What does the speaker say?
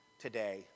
today